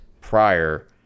prior